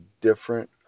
different